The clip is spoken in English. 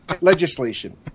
legislation